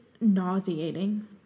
nauseating